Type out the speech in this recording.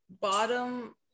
bottom